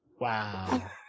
Wow